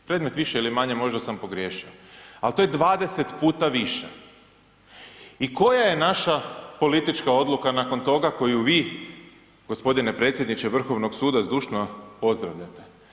Predmet više ili manje, možda sam pogriješio, ali to je 20 puta više i koja je naša politička odluka nakon toga koju vi g. predsjedniče Vrhovnog suda zdušno pozdravljate?